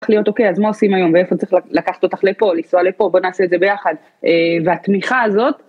אוקיי אז מה עושים היום ואיפה צריך לקחת אותך לפה לנסוע לפה בוא נעשה את זה ביחד והתמיכה הזאת.